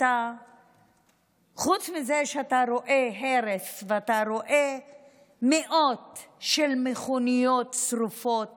חוץ מזה שאתה רואה הרס ואתה רואה מאות מכוניות שרופות